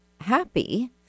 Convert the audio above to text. happy